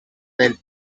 del